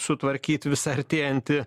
sutvarkyt visą artėjantį